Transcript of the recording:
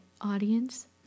audience